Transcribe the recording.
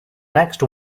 next